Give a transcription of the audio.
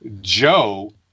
Joe